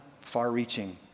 far-reaching